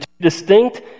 distinct